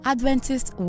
Adventist